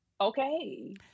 okay